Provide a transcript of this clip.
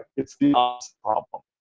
it's the opposite problem.